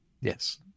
Yes